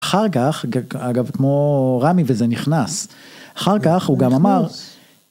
אחר כך אגב כמו רמי וזה נכנס. אחר כך הוא גם אמר.